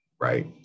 right